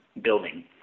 building